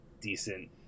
decent